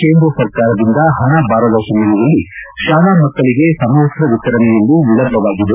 ಕೇಂದ್ರ ಸರ್ಕಾರದಿಂದ ಹಣ ಬಾರದ ಹಿನ್ನೆಲೆಯಲ್ಲಿ ಶಾಲಾ ಮಕ್ಕಳಗೆ ಸಮವಸ್ತ ವಿತರಣೆಯಲ್ಲಿ ವಿಳಂಬವಾಗಿದೆ